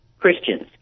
Christians